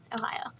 Ohio